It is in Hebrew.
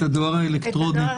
את הדואר האלקטרוני.